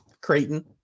Creighton